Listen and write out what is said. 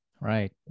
Right